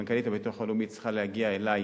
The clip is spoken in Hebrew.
מנכ"לית הביטוח הלאומי צריכה להגיע אלי